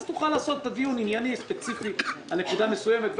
תוכל לעשות דיון ענייני ספציפי על נקודה מסוימת,